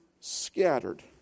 scattered